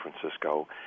francisco